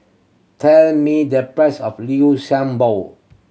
tell me the price of Liu Sha Bao